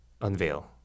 Unveil